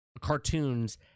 cartoons